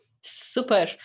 super